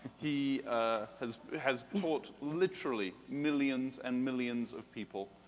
he ah has has taught literally millions and millions of people.